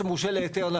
שיהיה ברור.